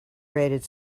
rated